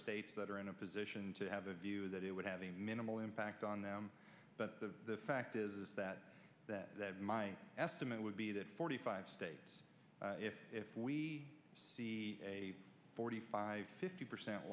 states that are in a position to have a view that it would have a minimal impact on them but the fact is that that that my estimate would be that forty five states if if we see a forty five fifty percent